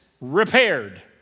repaired